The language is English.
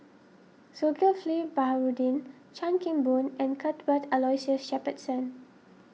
Zulkifli Baharudin Chan Kim Boon and Cuthbert Aloysius Shepherdson